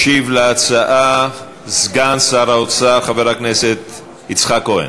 ישיב על ההצעה סגן שר האוצר חבר הכנסת יצחק כהן.